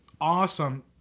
awesome